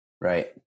right